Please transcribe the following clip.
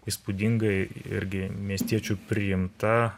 įspūdingai irgi miestiečių priimta